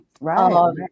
right